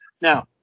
Now